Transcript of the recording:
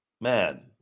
Man